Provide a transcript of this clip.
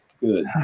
good